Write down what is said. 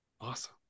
Awesome